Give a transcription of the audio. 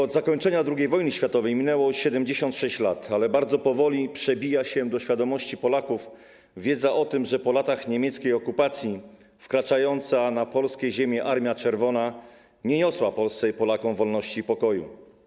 Od zakończenia II wojny światowej minęło już 76 lat, ale bardzo powoli przebija się do świadomości Polaków wiedza o tym, że po latach niemieckiej okupacji wkraczająca na polskie ziemie Armia Czerwona nie niosła Polsce i Polakom wolności i pokoju.